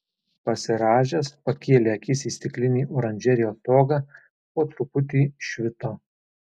pasirąžęs pakėlė akis į stiklinį oranžerijos stogą po truputį švito